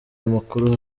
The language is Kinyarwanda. amakuru